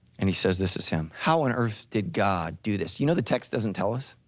and he says, this is him, how on earth did god do this? you know the text doesn't tell us.